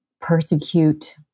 persecute